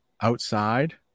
outside